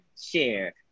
share